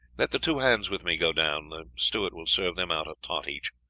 let the two hands with me go down the steward will serve them out a tot each.